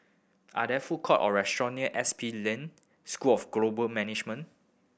are there food courts or restaurants near S P School of Global Management